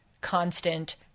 constant